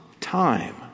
time